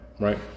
right